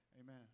Amen